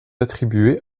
attribué